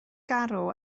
garw